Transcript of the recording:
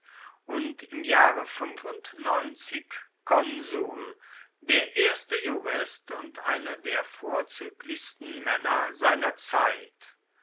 und im jahre konsul der erste jurist und einer der vorzüglichsten männer seiner zeit